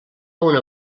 una